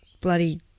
bloody